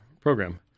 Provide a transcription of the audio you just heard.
program